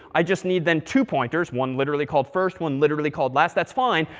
i just need then two pointers, one literally called first, one literally called last. that's fine.